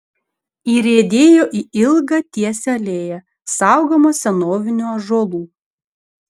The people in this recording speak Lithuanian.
įriedėjo į ilgą tiesią alėją saugomą senovinių ąžuolų